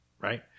right